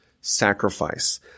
sacrifice